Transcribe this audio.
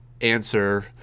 answer